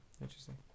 interesting